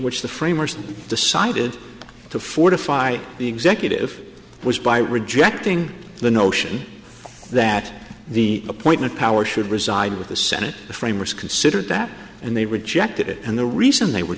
which the framers decided to fortify the executive was by rejecting the notion that the appointment power should reside with the senate the framers considered that and they rejected it and the reason they were